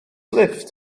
lifft